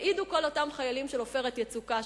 יעידו כל אותם חיילים של "עופרת יצוקה",